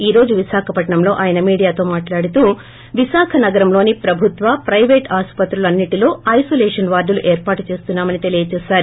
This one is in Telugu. ఈ రోజు విశాఖపట్సం లో అయన మీడియాతో మాట్లాడుతూ విశాఖ నగరంలోని ప్రభుత్వ ప్రైవేట్ ఆస్పత్రులన్న్ ంటిలో ఐసోలేషన్ వార్డులు ఏర్పాటు చేస్తున్నామని తెలియచేశారు